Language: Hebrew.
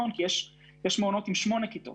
יש אפשרות אחת לעשות